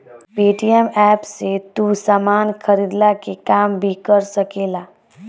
Paytm app से तू सामान खरीदला के काम भी कर सकेला